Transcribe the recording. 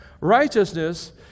righteousness